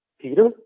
Peter